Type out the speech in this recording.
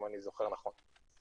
אם אני זוכר נכון.